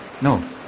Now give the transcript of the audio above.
No